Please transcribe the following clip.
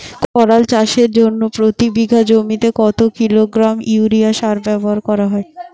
করলা চাষের জন্য প্রতি বিঘা জমিতে কত কিলোগ্রাম ইউরিয়া সার ব্যবহার করা হয়?